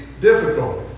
difficulties